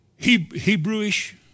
Hebrewish